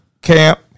camp